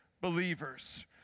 believers